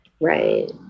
Right